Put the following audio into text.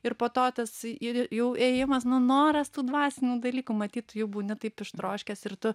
ir po to tas ir jau ėjimas na noras tų dvasinių dalykų matyt jau būni taip ištroškęs ir tu